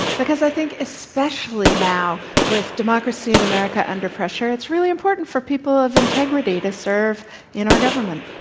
because i think, especially now with democracy in america under pressure, it's really important for people of integrity to serve in our government.